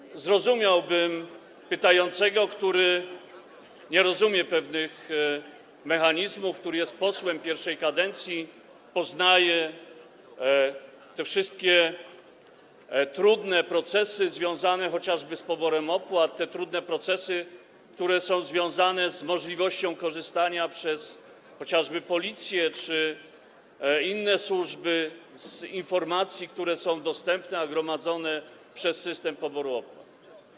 Zapewne zrozumiałbym pytającego, który nie rozumie pewnych mechanizmów, który jest posłem pierwszej kadencji, poznaje te wszystkie trudne procesy związane chociażby z poborem opłat, te trudne procesy, które są związane też z możliwością korzystania chociażby przez policję czy inne służby z informacji, które są dostępne, a które są gromadzone przez system poboru opłat.